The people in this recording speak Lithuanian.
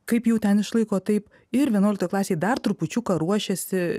kaip jau ten išlaiko taip ir vienuoliktoj klasėj dar trupučiuką ruošėsi